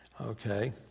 Okay